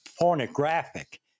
pornographic